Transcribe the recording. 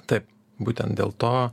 taip būtent dėl to